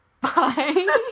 Bye